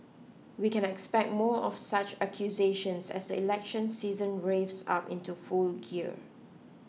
we can expect more of such accusations as the election season revs up into full gear